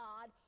God